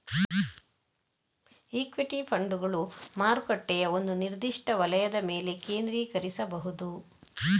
equity ಫಂಡುಗಳು ಮಾರುಕಟ್ಟೆಯ ಒಂದು ನಿರ್ದಿಷ್ಟ ವಲಯದ ಮೇಲೆ ಕೇಂದ್ರೀಕರಿಸಬಹುದು